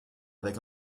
avec